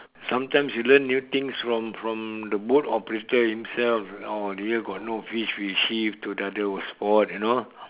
sometimes you learn new things from from the boat operator himself oh here got no fish we shift to the other spot and all